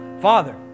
Father